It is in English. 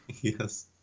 Yes